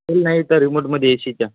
sale नाही आहेत त्या रेमोटमध्ये एशीच्या